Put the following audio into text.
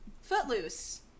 Footloose